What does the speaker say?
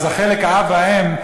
אז חלק האב והאם,